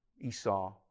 Esau